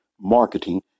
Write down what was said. marketing